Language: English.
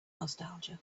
nostalgia